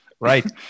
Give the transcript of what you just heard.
Right